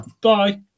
Bye